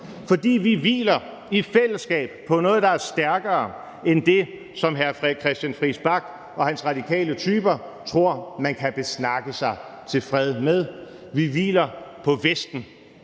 fordi vi hviler i fællesskab på noget, der er stærkere end det, som hr. Christian Friis Bach og hans radikale typer tror man kan besnakke sig til fred med. Vi hviler på Vesten,